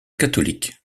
catholique